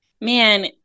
man